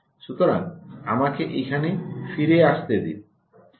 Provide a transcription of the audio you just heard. সুতরাং আমাকে এখানে ফিরে আসতে দিন